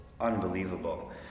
unbelievable